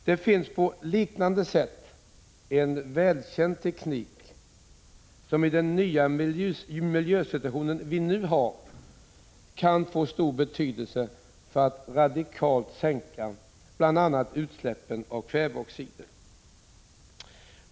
På liknande sätt finns det en välkänd teknik som i den nya miljösituation som vi har kan få stor betydelse för att radikalt sänka bl.a. utsläppen av kväveoxider.